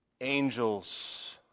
Angels